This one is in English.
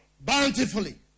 Bountifully